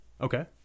Okay